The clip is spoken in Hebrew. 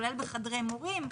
כולל בחדרי מורים,